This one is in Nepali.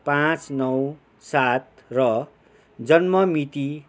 पाँच नौ सात र जन्म मिति